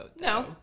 no